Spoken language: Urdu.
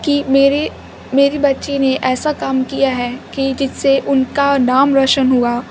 کہ میرے میری بچی نے ایسا کام کیا ہے کہ جس سے ان کا نام روشن ہوا